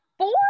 Four